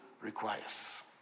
requires